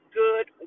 good